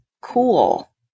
cool